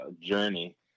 journey